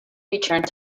returned